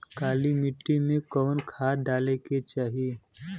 काली मिट्टी में कवन खाद डाले के चाही?